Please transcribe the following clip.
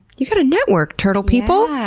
you gotta network, turtle people!